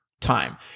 time